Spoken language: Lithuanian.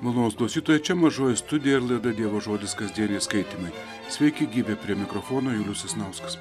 malonūs klausytojai čia mažoji studija ir laida dievo žodis kasdieniai skaitymai sveiki gyvi prie mikrofono julius sasnauskas